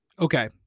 Okay